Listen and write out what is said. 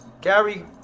Gary